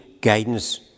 guidance